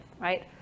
right